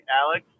Alex